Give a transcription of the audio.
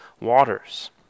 waters